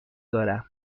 دارم